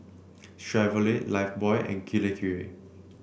Chevrolet Lifebuoy and Kirei Kirei